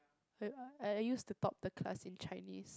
I I used to talk the class in Chinese